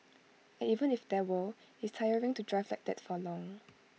and even if there were IT is tiring to drive like that for long